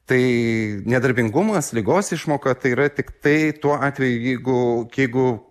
tai nedarbingumas ligos išmoka tai yra tiktai tuo atveju jeigu jeigu